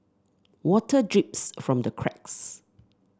water drips from the cracks